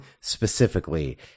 specifically